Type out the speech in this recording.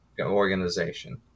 organization